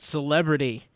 Celebrity